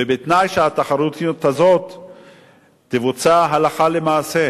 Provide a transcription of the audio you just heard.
בתנאי שהתחרותיות הזאת תבוצע הלכה למעשה.